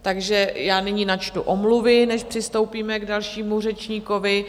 Takže já nyní načtu omluvy, než přistoupíme k dalšímu řečníkovi.